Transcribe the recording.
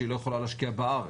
שהיא לא יכולה להשקיע בארץ.